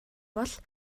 бол